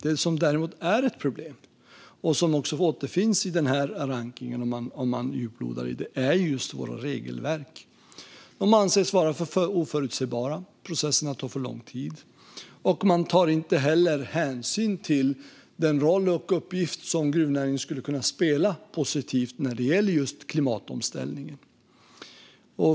Det som däremot är ett problem, vilket man hittar i den här rankningen om man djuplodar i den, är just våra regelverk. De anses vara för oförutsägbara, och processerna tar för lång tid. Man tar inte heller hänsyn till den positiva roll som gruvnäringen skulle kunna spela när det gäller just klimatomställningen.